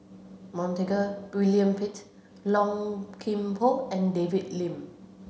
Montague William Pett Low Kim Pong and David Lim